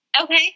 Okay